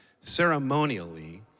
ceremonially